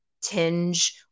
tinge